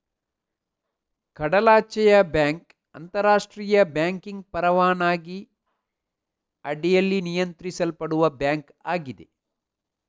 ಕಡಲಾಚೆಯ ಬ್ಯಾಂಕ್ ಅಂತರಾಷ್ಟ್ರೀಯ ಬ್ಯಾಂಕಿಂಗ್ ಪರವಾನಗಿ ಅಡಿಯಲ್ಲಿ ನಿಯಂತ್ರಿಸಲ್ಪಡುವ ಬ್ಯಾಂಕ್ ಆಗಿದೆ